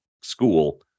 school